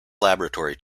laboratory